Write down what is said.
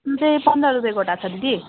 त्यही पन्ध्र रुपियाँ गोटा छ दिदी